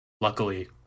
luckily